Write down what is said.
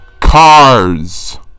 CARS